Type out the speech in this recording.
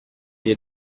agli